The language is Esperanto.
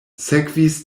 sekvis